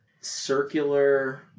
circular